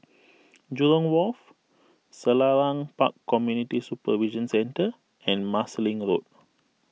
Jurong Wharf Selarang Park Community Supervision Centre and Marsiling Road